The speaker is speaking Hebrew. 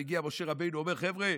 מגיע משה רבנו ואומר: חבר'ה,